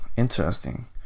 interesting